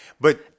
But-